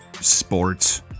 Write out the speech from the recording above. Sports